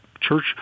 church